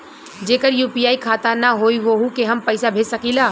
जेकर यू.पी.आई खाता ना होई वोहू के हम पैसा भेज सकीला?